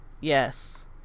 yes